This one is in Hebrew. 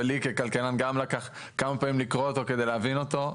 ולי ככלכלן ג לקח כמה פעמים לקרוא אותו כדי להבין אותו.